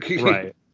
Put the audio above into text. Right